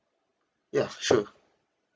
ya sure